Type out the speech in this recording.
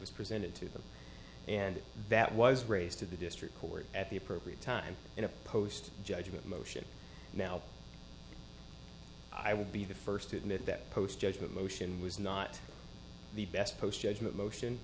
was presented to them and that was race to the district court at the appropriate time in a post judgment motion now i would be the first to admit that post judgment motion was not the best post judgment